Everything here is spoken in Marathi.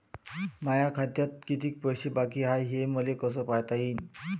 माया खात्यात कितीक बाकी हाय, हे मले कस पायता येईन?